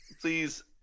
please